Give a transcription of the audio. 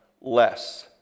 less